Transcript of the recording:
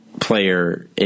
player